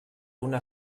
una